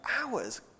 hours